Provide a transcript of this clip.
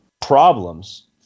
problems